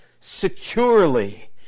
securely